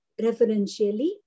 referentially